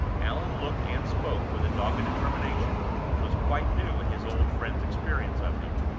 allan looked and spoke with a dogged determination which was quite new in his old friend's experience of him.